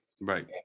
right